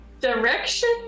direction